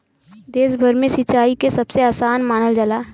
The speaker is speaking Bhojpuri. देश भर में सिंचाई के सबसे आसान मानल जाला